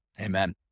Amen